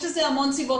יש לזה המון סיבות,